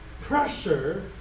Pressure